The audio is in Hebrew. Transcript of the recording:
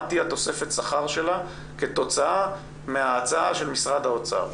תהיה תוספת השכר שלה כתוצאה מההצעה של משרד האוצר.